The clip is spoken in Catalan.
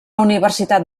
universitat